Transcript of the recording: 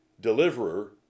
Deliverer